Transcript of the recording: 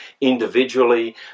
individually